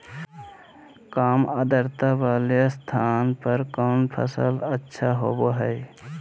काम आद्रता वाले स्थान पर कौन फसल अच्छा होबो हाई?